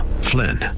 Flynn